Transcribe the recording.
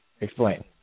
Explain